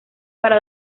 para